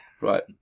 Right